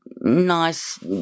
nice